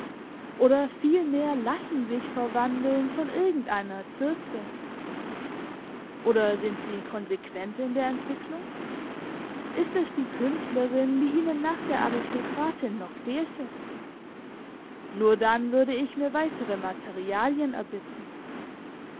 oder vielmehr lassen sich verwandeln von irgend einer circe oder sind sie konsequent in der entwickelung ist es die künstlerin die ihnen nach der aristokratin noch fehlte nur dann würde ich mir weitere materialien erbitten